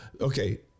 Okay